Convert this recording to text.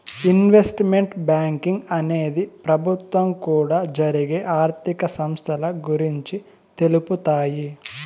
investment banking అనేది ప్రభుత్వం కూడా జరిగే ఆర్థిక సంస్థల గురించి తెలుపుతాయి